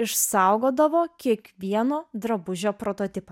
išsaugodavo kiekvieno drabužio prototipą